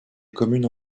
communes